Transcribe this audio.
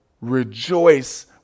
rejoice